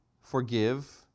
forgive